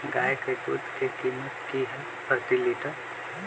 गाय के दूध के कीमत की हई प्रति लिटर?